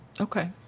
Okay